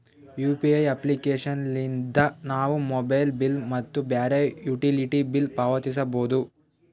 UPI application ಲಿದ್ದ ನಾವು mobile bill ಮತ್ತು ಬ್ಯಾರೆ ಯುಟಿಲಿಟಿ ಬಿಲ್ ಪಾವತಿಸಬೋದು